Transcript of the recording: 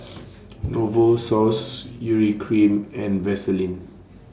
Novosource Urea Cream and Vaselin